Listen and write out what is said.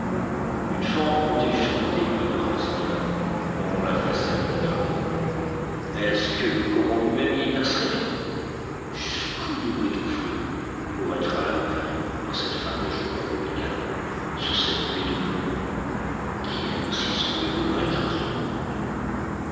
une fente montait jusqu'au débit de rasseneur dont la façade avait craqué est-ce que le coron lui-même y passerait jusqu'où devait-on fuir pour être à l'abri dans cette fin de jour abominable sous cette nuée de plomb qui elle aussi semblait vouloir écraser le monde